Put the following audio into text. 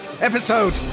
episode